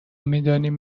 میدانیم